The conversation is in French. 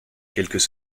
quelques